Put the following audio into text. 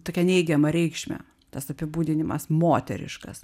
tokią neigiamą reikšmę tas apibūdinimas moteriškas